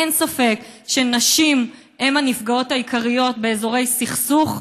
אין ספק שנשים הן הנפגעות העיקריות באזורי סכסוך,